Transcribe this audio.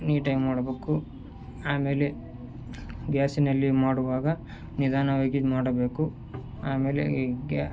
ನೀಟಾಗಿ ಮಾಡಬೇಕು ಆಮೇಲೆ ಗ್ಯಾಸಿನಲ್ಲಿ ಮಾಡುವಾಗ ನಿಧಾನವಾಗಿ ಮಾಡಬೇಕು ಆಮೇಲೆ ಗ್ಯಾ